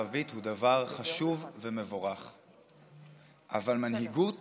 הביטחון גנץ יצא, כי הדברים שלי ממוענים